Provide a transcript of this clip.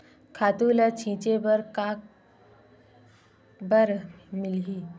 खातु ल छिंचे बर काबर मिलही?